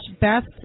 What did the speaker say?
best